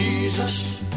Jesus